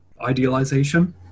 idealization